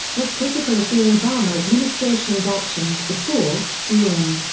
was critical of the obama administration's actions before, during,